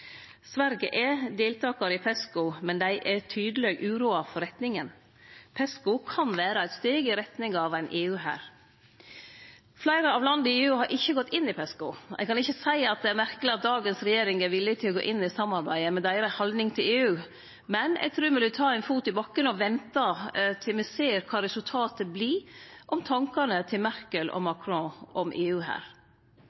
Sverige er deltakar i PESCO, men dei er tydeleg uroa for retninga. PESCO kan vere eit steg i retning av ein EU-hær. Fleire av landa i EU har ikkje gått inn i PESCO . Eg kan ikkje seie at det er merkeleg at dagens regjering er villig til å gå inn i samarbeidet, med deira haldning til EU. Men eg trur me lyt ta ein fot i bakken og vente til me ser kva resultatet vert om tankane til Merkel og